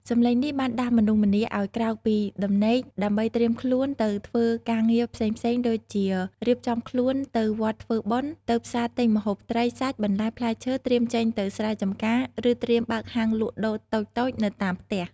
សំឡេងនេះបានដាស់មនុស្សម្នាឱ្យក្រោកពីដំណេកដើម្បីត្រៀមខ្លួនទៅធ្វើការងារផ្សេងៗដូចជា រៀបចំខ្លួនទៅវត្តធ្វើបុណ្យ ទៅផ្សារទិញម្ហូបត្រី សាច់ បន្លែ ផ្លែឈើ ត្រៀមចេញទៅស្រែចម្ការ ឬត្រៀមបើកហាងលក់ដូរតូចៗនៅតាមផ្ទះ។